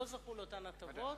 לא זכו לאותן הטבות.